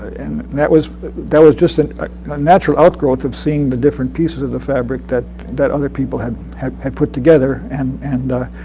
and that was that was just and a natural outgrowth of seeing the different pieces of the fabric that that other people had had put together, and and